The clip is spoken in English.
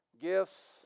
gifts